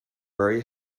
very